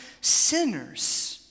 sinners